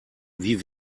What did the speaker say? wie